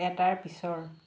এটাৰ পিছৰ